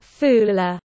Fula